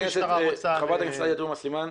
חברת הכנסת תומא סלימאן.